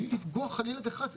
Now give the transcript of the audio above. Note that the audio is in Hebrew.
לא לפגוע חלילה וחס,